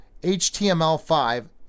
HTML5